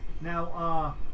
Now